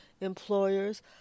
employers